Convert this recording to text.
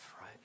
right